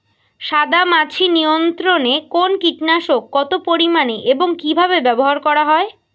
সাদামাছি নিয়ন্ত্রণে কোন কীটনাশক কত পরিমাণে এবং কীভাবে ব্যবহার করা হয়?